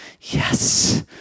yes